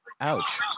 Ouch